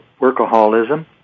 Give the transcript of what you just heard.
workaholism